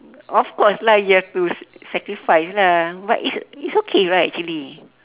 of course lah you have to s~ sacrifice lah but it's it's okay right actually